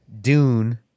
Dune